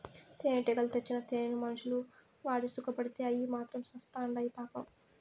తేనెటీగలు తెచ్చిన తేనెను మనుషులు వాడి సుకపడితే అయ్యి మాత్రం సత్చాండాయి పాపం